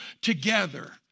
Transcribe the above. together